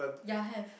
ya have